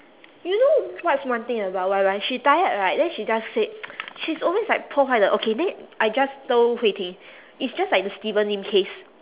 you know what's one thing about Y_Y she tired right then she just said she's always like 破坏了 okay then I just told hui ting is just like the steven lim case